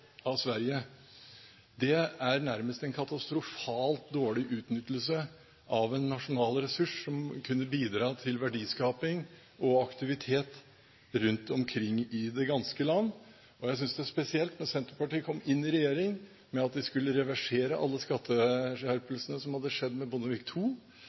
av Sveriges. Det er nærmest en katastrofalt dårlig utnyttelse av en nasjonal ressurs som kunne bidratt til verdiskaping og aktivitet rundt omkring i det ganske land. Jeg synes det er spesielt når Senterpartiet kom inn i regjering med at de skulle reversere alle skatteskjerpelsene som hadde skjedd under Bondevik